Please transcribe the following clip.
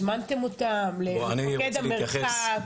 הזמנתם אותם למפקד המרחב?